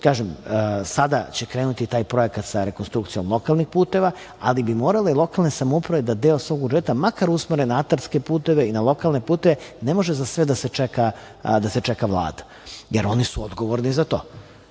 kažem, sada će krenuti taj projekat sa rekonstrukcijom lokalnih puteva, ali bi morale lokalne samouprave da deo svog budžeta makar usmere na atarske puteve i na lokalne puteve. Ne može za sve da se čeka Vlada, jer oni su odgovorni za to. Ima